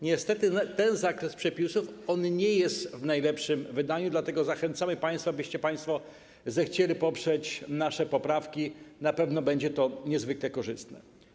Niestety ten zakres przepisów nie jest w najlepszym wydaniu, dlatego zachęcamy państwa, abyście państwo zechcieli poprzeć nasze poprawki, na pewno będzie to niezwykle korzystne.